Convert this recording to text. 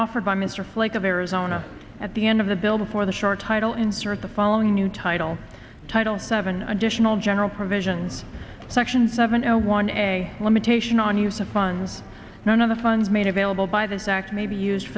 offered by mr flake of arizona at the end of the bill before the short title insert the following new title title seven additional general provisions section seven zero one a limitation on use of funds known on the fund made available by this act may be used